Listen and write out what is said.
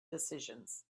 decisions